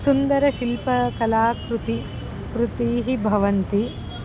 सुन्दरशिल्पकलाकृतयः कृतयः भवन्ति